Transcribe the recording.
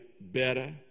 better